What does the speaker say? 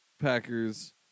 Packers